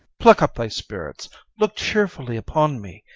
pluck up thy spirits look cheerfully upon me.